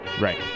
Right